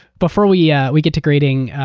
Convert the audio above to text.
before we yeah we get to grading,